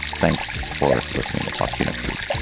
thanks for listening. we'll talk to you next week